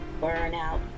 burnout